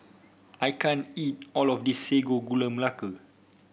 I can't eat all of this Sago Gula Melaka